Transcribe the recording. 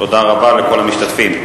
תודה רבה לכל המשתתפים.